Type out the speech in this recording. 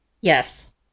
Yes